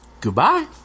goodbye